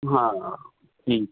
ਹਾਂ ਠੀਕ ਹੈ